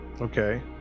Okay